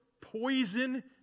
poison